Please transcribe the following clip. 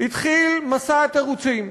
התחיל מסע התירוצים.